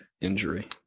injury